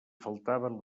faltaven